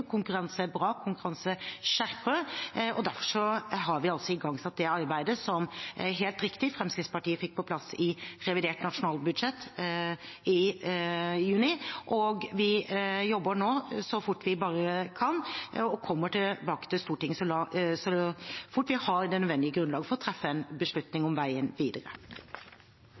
Konkurranse er bra, konkurranse skjerper. Derfor har vi altså igangsatt det arbeidet som – helt riktig – Fremskrittspartiet fikk på plass i revidert nasjonalbudsjett i juni. Vi jobber nå så fort vi bare kan, og kommer tilbake til Stortinget så fort vi har det nødvendige grunnlag for å treffe en beslutning om veien videre.